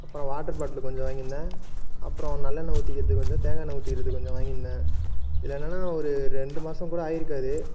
அப்புறம் water bottle கொஞ்சம் வாங்கி இருந்தன் அப்புறோம் நல்லெண்ணெய் ஊற்றிக்குறதுக்கு கொஞ்சம் தேங்காய் எண்ணெய் ஊற்றிக்குறதுக்கு கொஞ்சம் வாங்கி இருந்தன் இதில் என்னான்னா ஒரு ரெண்டு மாதம் கூட ஆயி இருக்காது